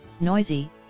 noisy